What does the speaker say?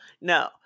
No